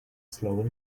slower